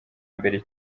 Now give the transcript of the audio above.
mbere